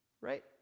Right